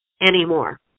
anymore